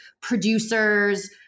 producers